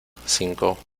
cinco